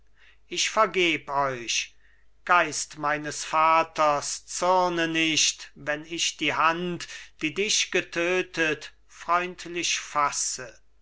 ich vergeb euch geist meines vaters zürne nicht wenn ich die hand die dich getötet freundlich fasse